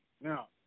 Now